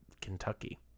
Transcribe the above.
Kentucky